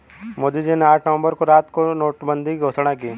मोदी जी ने आठ नवंबर की रात को नोटबंदी की घोषणा की